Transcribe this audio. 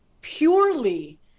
purely